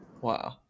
Wow